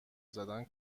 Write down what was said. زدن